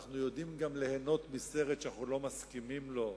ואנחנו יודעים ליהנות גם מסרט שאנחנו לא מסכימים לו,